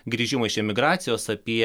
grįžimą iš emigracijos apie